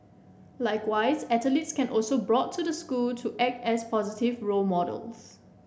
likewise athletes can also brought to the school to act as positive role models